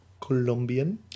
Colombian